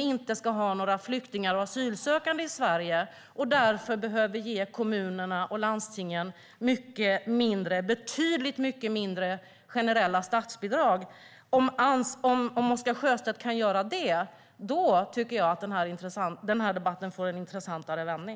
inte ska ha några flyktingar och asylsökande i Sverige och därför kan ge kommunerna och landstingen betydligt mycket mindre generella statsbidrag. Om Oscar Sjöstedt kan göra det tycker jag att den här debatten får en intressant vändning.